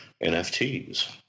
nfts